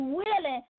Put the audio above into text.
willing